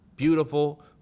Beautiful